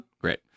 Great